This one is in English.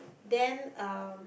then uh